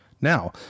Now